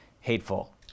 hateful